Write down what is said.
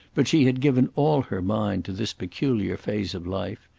but she had given all her mind to this peculiar phase of life,